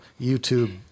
YouTube